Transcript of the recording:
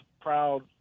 proud